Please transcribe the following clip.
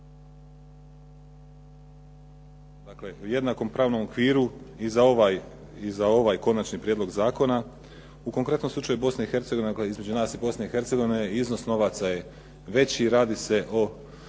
dakle, jednako pravnom okviru i za ovaj konačni prijedlog zakona. U konkretnom slučaju Bosna i Hercegovina, dakle, između nas i Bosne i Hercegovine iznos novaca je veći i radi se o